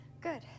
good